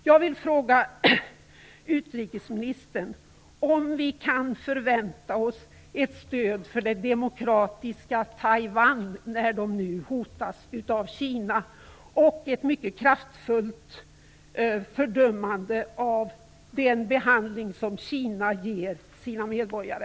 Jag vill fråga utrikesministern om vi kan förvänta oss ett stöd för det demokratiska Taiwan, när landet nu hotas av Kina, och ett mycket kraftfullt fördömande av Kinas sätt att behandla sina medborgare.